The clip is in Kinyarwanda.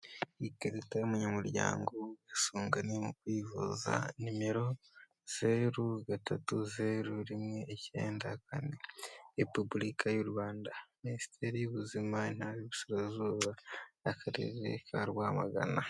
Iyi karita y'umunyamuryango w'ubwisunganeye mu kwivuza nimero zeru gatatu zeru icyenda kane repubulika y'u Rwanda minisiteri y'ubuzima intara y'isirazuba n'akarere ka Rwamagana.